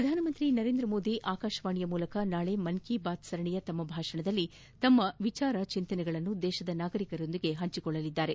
ಪ್ರಧಾನಮಂತ್ರಿ ನರೇಂದ್ರ ಮೋದಿ ಆಕಾಶವಾಣಿಯ ಮೂಲಕ ನಾಳೆ ಮನ್ ಕಿ ಬಾತ್ ಸರಣಿಯ ತಮ್ಮ ಭಾಷಣದಲ್ಲಿ ತಮ್ಮ ಚಿಂತನೆಗಳನ್ನು ದೇಶದ ನಾಗರಿಕರೊಂದಿಗೆ ಹಂಚಿಕೊಳ್ಳಲಿದ್ದಾರೆ